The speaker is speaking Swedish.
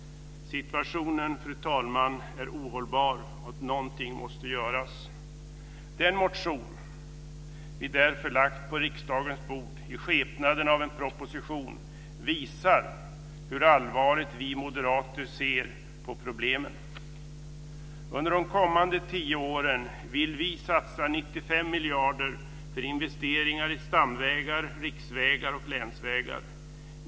Fru talman! Situationen är ohållbar. Något måste göras. Den motion vi därför lagt på riksdagens bord i skepnaden av en proposition visar hur allvarligt vi moderater ser på problemet. Under de kommande tio åren vill vi satsa 95 miljarder på investeringar i stamvägar, riksvägar och länsvägar.